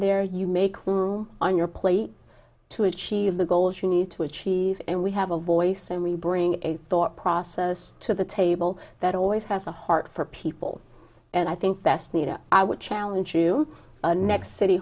there you make long on your plate to achieve the goals you need to achieve and we have a voice and we bring a thought process to the table that always has a heart for people and i think that's needed i would challenge you next city